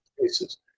cases